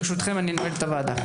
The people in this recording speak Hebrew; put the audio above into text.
ברשותכם, אני נועל את הוועדה.